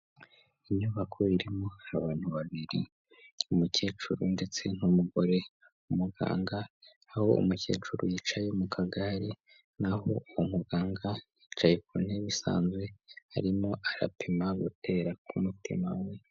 Inyubako irimo abantu babiri umukecuru ndetse n'umugore w'umuganga aho umukecuru yicaye mu kagare naho umuganga yicaye ku ntebe isanzwe arimo arapima gutera k' umutima we.